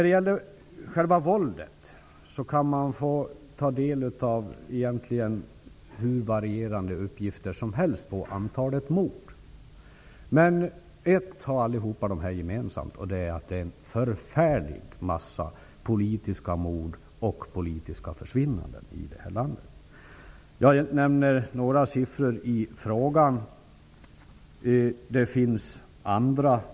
Uppgifterna om antalet mord kan variera hur mycket som helst. Alla uppgifter visar dock ett gemensamt -- det sker förfärligt många politiska mord och försvinnanden i Colombia. Jag nämnde några siffror i min fråga, men det finns även andra.